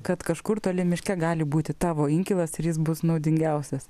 kad kažkur toli miške gali būti tavo inkilas ir jis bus naudingiausias